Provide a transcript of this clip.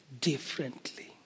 differently